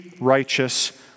righteous